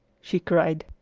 she cried.